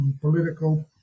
political